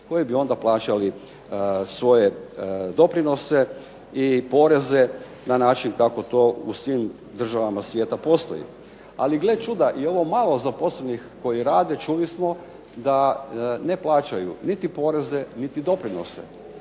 koji bi onda plaćali svoje doprinose i poreze na način kako to u svim državama svijeta postoji. Ali gleda čuda i ovo malo zaposlenih koji rade čuli smo da ne plaćaju niti poreze, niti doprinose.